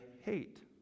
hate